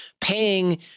paying